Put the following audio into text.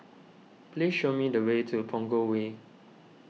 please show me the way to Punggol Way